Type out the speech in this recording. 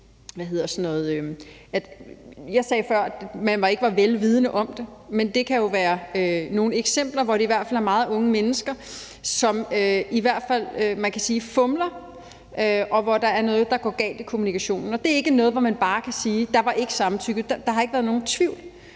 om det, som jeg kaldte det før, men det kan jo være nogle eksempler, hvor det er meget unge mennesker, som fumler, og hvor der er noget, der går galt i kommunikationen. Og det er ikke noget, hvor man bare kan sige, at der ikke var samtykke; der har ikke været nogen tvivl,